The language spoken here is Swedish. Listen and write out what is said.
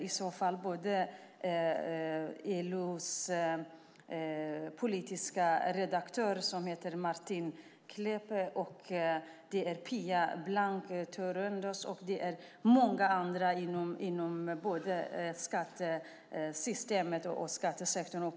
I så fall har både LO-tidningens politiske redaktör Martin Klepke, Pia Blank Thörnroos och många andra inom skattesektorn fel.